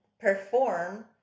perform